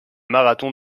marathon